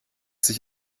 sich